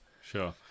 Sure